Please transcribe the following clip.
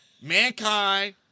Mankind